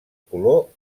color